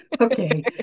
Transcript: Okay